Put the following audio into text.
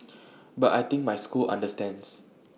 but I think my school understands